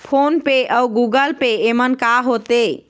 Phone पे अउ Google Pay येमन का होते?